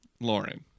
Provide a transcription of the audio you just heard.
lauren